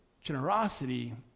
generosity